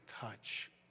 touch